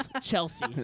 chelsea